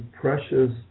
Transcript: precious